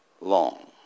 long